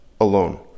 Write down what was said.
alone